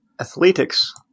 athletics